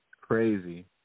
Crazy